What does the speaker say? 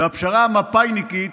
והפשרה המפא"יניקית